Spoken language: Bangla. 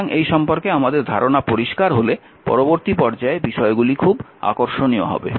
সুতরাং এই সম্পর্কে আমাদের ধারণা পরিষ্কার হলে পরবর্তী পর্যায়ে বিষয়গুলি খুব আকর্ষণীয় হবে